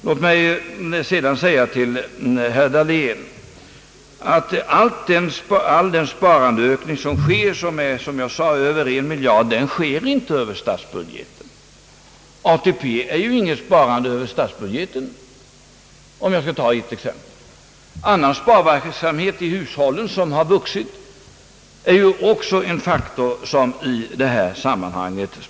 Låt mig sedan säga till herr Dahlén att allt det ökade sparandet — som är över en miljard — inte åstadkoms över statsbudgeten. ATP är ju inte något sparande över statsbudgeten, om jag skall ta ett exempel, och även hushållens växande sparande är en faktor av väsentlig betydelse i detta sammanhang.